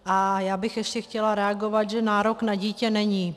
A já bych ještě chtěla reagovat, že nárok na dítě není.